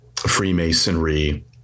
freemasonry